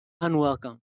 Unwelcome